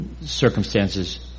circumstances